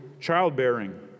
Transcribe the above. childbearing